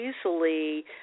easily